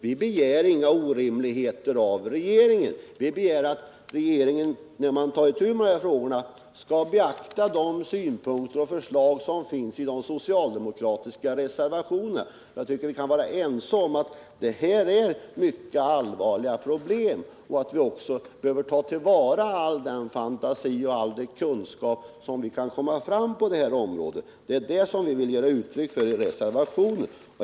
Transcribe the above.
Vi begär inga orimligheter av regeringen, utan vad vi begär är att regeringen, när man tar itu med dessa frågor, beaktar de synpunkter och förslag som finns i den socialdemokratiska reservationen. Jag tror att vi är överens om att det rör sig om mycket allvarliga problem och om att vi bör tillgripa all tänkbar fantasi och ta till vara all den kunskap som vi kan komma fram till på det här området. Det är vad vi velat ge uttryck föri vår reservation.